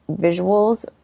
visuals